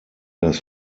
das